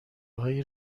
های